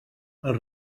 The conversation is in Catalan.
els